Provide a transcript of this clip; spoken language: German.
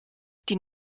die